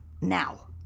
now